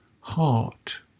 heart